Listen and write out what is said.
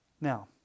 Now